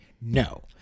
No